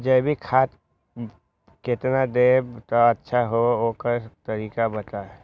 जैविक खाद केतना देब त अच्छा होइ ओकर तरीका बताई?